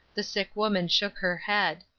the sick woman shook her head.